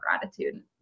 gratitude